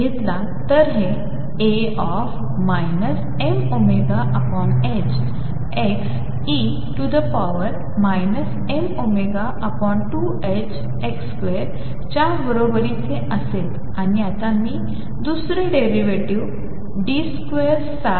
तर जर मी dψdxघेतो तर हे A mωxe mω2ℏx2 च्या बरोबरीचे असेल आणि आता मी दुसरे डेरिवेटिव्ह d2dx2